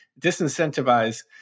disincentivize